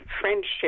friendship